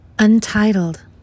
Untitled